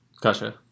Gotcha